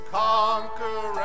conquer